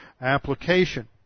application